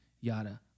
yada